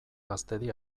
gaztedi